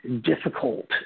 difficult